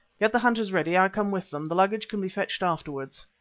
get the hunters ready i come with them. the luggage can be fetched afterwards.